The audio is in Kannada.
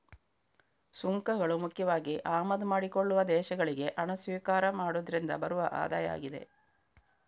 ಸುಂಕಗಳು ಮುಖ್ಯವಾಗಿ ಆಮದು ಮಾಡಿಕೊಳ್ಳುವ ದೇಶಗಳಿಗೆ ಹಣ ಸ್ವೀಕಾರ ಮಾಡುದ್ರಿಂದ ಬರುವ ಆದಾಯ ಆಗಿದೆ